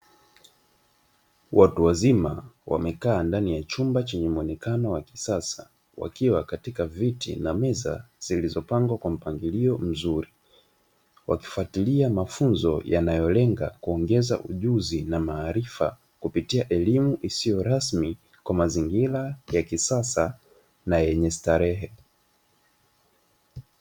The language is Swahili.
Watu wazima wamekaa ndani ya chumba chenye mwonekano wa kisasa, wakiwa katika viti na meza zilizopangwa kwa mpangilio mzuri, wakifuatilia mafunzo yanayolenga kuongeza ujuzi na maarifa kupitia elimu isiyo rasmi, katika mazingira ya kisasa na yenye starehe.